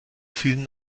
vielen